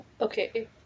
Okay